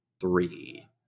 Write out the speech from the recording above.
three